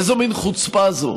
איזו מין חוצפה זו?